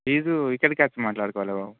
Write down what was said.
fee ఇక్కడికి వచ్చే మాట్లాడుకోవాలి బాబు